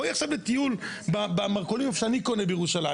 בואי לטיול במרכולים איפה שאני קונה בירושלים.